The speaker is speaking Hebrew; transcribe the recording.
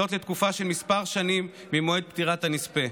וזאת לתקופה של כמה שנים ממועד פטירת הנספה.